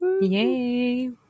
Yay